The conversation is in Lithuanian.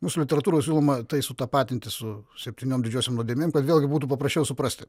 mūsų literatūroj siūloma tai sutapatinti su septyniom didžiosiom nuodėmėm vėlgi būtų paprasčiau suprasti